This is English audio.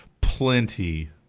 plenty